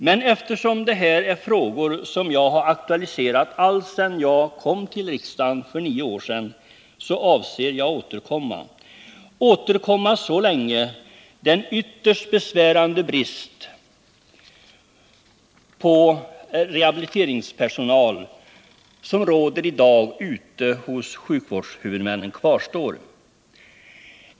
Men eftersom detta är frågor som jag aktualiserat alltsedan jag kom till riksdagen för nio år sedan, så avser jag att återkomma — återkomma så länge den ytterst besvärande brist på rehabiliteringspersonal som i dag råder ute hos sjukvårdshuvudmännen kvarstår.